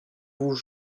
vous